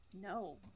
no